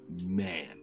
man